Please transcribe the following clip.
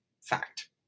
fact